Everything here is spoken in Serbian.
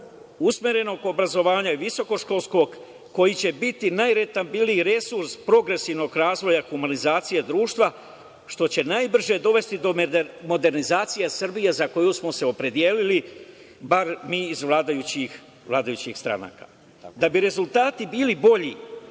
usmerenog obrazovanja i visokoškolskog koji će biti najrentabilniji resurs progresivnog razvoja humanizacije društva, što će najbrže dovesti do modernizacije Srbije za koju smo se opredelili, bar mi iz vladajućih stranaka. Da bi rezultati bili bolji